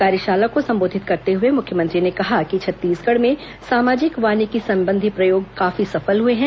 कार्यशाला को संबोधित करते हुए मुख्यमंत्री ने कहा कि छत्तीसगढ़ में सामाजिक वानिकी संबंधी प्रयोग काफी सफल हुए हैं